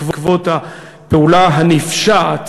ההצעה הזאת כמובן באה בעקבות הפעולה הנפשעת